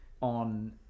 on